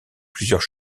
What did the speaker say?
plusieurs